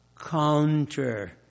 counter